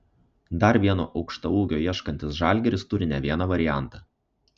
dar vieno aukštaūgio ieškantis žalgiris turi ne vieną variantą